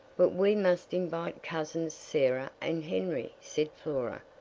but we must invite cousins sarah and henry, said flora.